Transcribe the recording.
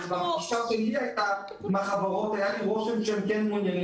בפגישה שלי עם החברות היה לי הרושם שהם כן מעוניינים